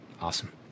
Awesome